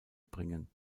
bringen